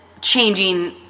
changing